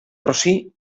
rossí